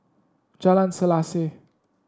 Jalan Selaseh